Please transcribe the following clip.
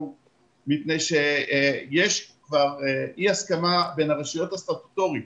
מפני שיש כבר אי הסכמה בין הרשויות הסטטוטוריות